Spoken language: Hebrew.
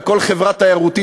בכל חברה תיירותית,